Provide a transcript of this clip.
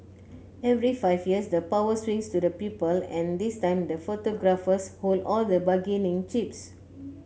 every five years the power swings to the people and this time the photographers hold all the bargaining chips